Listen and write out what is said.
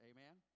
Amen